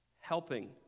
Helping